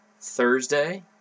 thursday